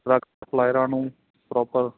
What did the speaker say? drug ਸਪਲਾਇਰਾਂ ਨੂੰ proper